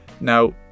Now